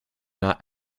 not